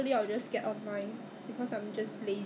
then how about delivery delivery you still have to pay right